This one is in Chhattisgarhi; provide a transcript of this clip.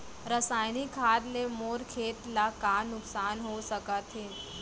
रसायनिक खाद ले मोर खेत ला का नुकसान हो सकत हे?